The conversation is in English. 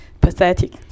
pathetic